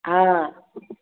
हाँ